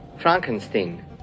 Frankenstein